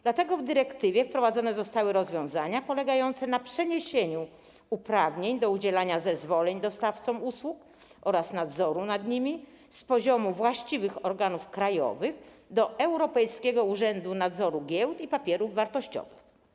Dlatego w dyrektywie wprowadzone zostały rozwiązania polegające na przeniesieniu uprawnień do udzielania zezwoleń dostawcom usług oraz nadzoru nad nimi z poziomu właściwych organów krajowych do Europejskiego Urzędu Nadzoru Giełd i Papierów Wartościowych.